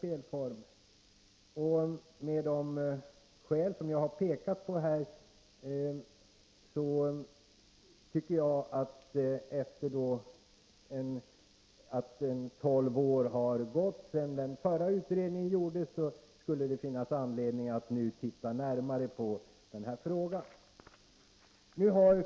Av de skäl som jag har pekat på tycker jag att det, efter det att tolv år har gått sedan den förra utredningen gjordes, skulle finnas anledning att nu titta närmare på den här frågan.